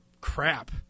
crap